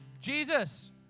Jesus